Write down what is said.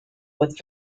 with